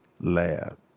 lab